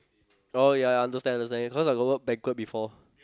oh ya understand understand cause I got work banquet before